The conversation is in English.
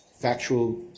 factual